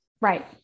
Right